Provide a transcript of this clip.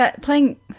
playing